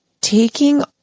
taking